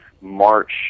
March